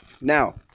Now